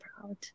proud